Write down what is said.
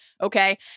okay